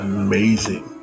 amazing